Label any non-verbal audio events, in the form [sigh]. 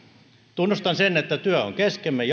tunnustan sen että työ on kesken me [unintelligible]